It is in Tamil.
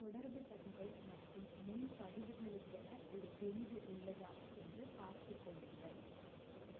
தொடர்புத் தகவல் மற்றும் முன்பதிவுகளுக்கென ஒரு பிரிவு உள்ளதா என்று பார்த்துக்கொள்ளுங்கள்